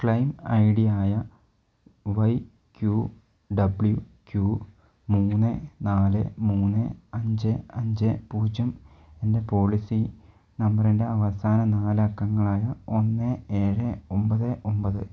claim I ഡിയായ Y Q W Q മൂന്ന് നാല് മൂന്ന് അഞ്ച് അഞ്ച് പൂജ്യം എന്ന പോളിസി നമ്പറിൻ്റെ അവസാന നാലക്കങ്ങളായ ഒന്ന് ഏഴ് ഒൻപത് ഒൻപത്